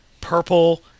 purple